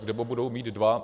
Nebo budou mít dva?